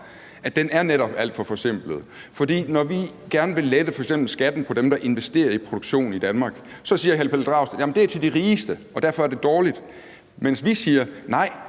er netop alt for forsimplet. Når vi gerne vil lette f.eks. skatten for dem, der investerer i produktion i Danmark, siger hr. Pelle Dragsted, at det er til de rigeste, og derfor er det dårligt. Mens vi siger: Nej,